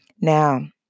Now